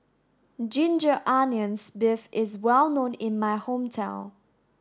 ginger onions beef is well known in my hometown